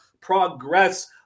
progress